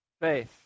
faith